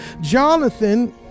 Jonathan